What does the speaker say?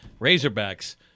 Razorbacks